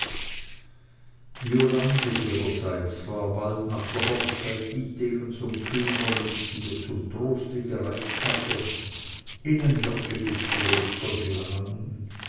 violande ihrerseits war bald nach der hochzeit dietegens und küngolts die ihr zum troste gereicht hatte in ein wirkliches kloster